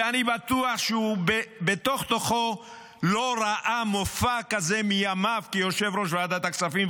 ואני בטוח שהוא בתוך-תוכו לא ראה מופע כזה מימיו כיושב-ראש ועדת הכספים,